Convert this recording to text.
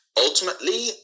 ultimately